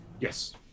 yes